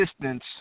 distance